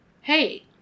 hey